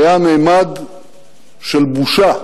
היה ממד של בושה.